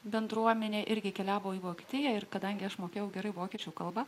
bendruomenė irgi keliavo į vokietiją ir kadangi aš mokėjau gerai vokiečių kalbą